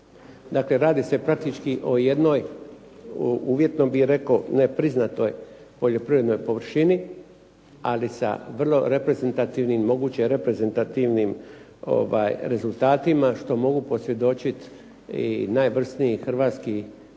Dakle, radi se praktički o jednoj uvjetno bih rekao nepriznatoj poljoprivrednoj površini, ali sa vrlo reprezentativnim, moguće reprezentativnim rezultatima, što mogu posvjedočiti i najvrsniji hrvatski